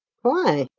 why?